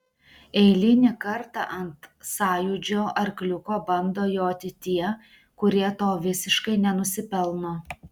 eilinį kartą ant sąjūdžio arkliuko bando joti tie kurie to visiškai nenusipelno